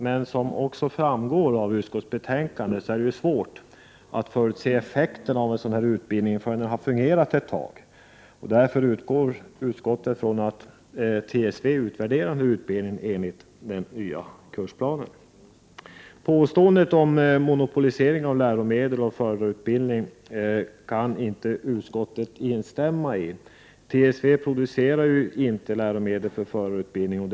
Men som också framgår av utskottsbetänkandet är det svårt att förutse effekterna av en ny utbildning förrän den har fungerat en tid. Därför utgår utskottet från att TSV utvärderar utbildningen enligt den nya kursplanen. Påståendet om monopolisering av läromedel och förarutbildning kan inte utskottet instämma i. TSV producerar inte läromedel för förarutbildningen.